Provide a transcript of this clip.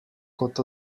kot